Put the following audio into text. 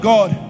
God